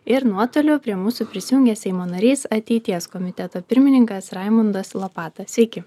ir nuotoliu prie mūsų prisijungė seimo narys ateities komiteto pirmininkas raimundas lopata sveiki